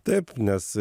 taip nes